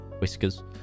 whiskers